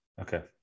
Okay